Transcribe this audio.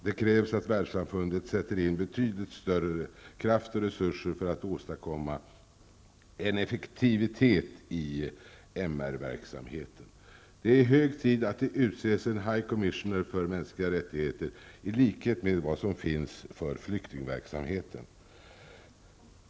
Det krävs att världssamfundet sätter in betydligt större kraft och resurser för att åstadkomma en effektivitet i verksamheten för mänskliga rättigheter -- MR. Det är hög tid att det utses en High Commissioner för MR i likhet med vad som finns för flyktingverksamheten.